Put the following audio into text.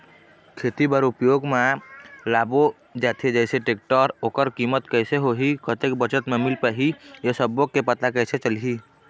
खेती बर उपयोग मा लाबो जाथे जैसे टेक्टर ओकर कीमत कैसे होही कतेक बचत मा मिल पाही ये सब्बो के पता कैसे चलही?